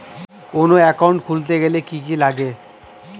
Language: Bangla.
কোন একাউন্ট খুলতে গেলে কি কি লাগে?